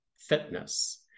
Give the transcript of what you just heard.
Fitness